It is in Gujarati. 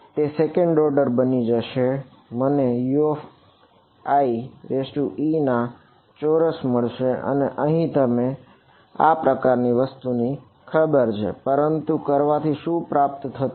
તે સેકન્ડ ઓર્ડર બની જશે મને Uie ના ચોરસ મળશે અને તમને આ પ્રકારની વસ્તુની ખબર છે પરંતુ તે કરવાથી શું પ્રાપ્ત નથી થતું